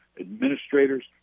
administrators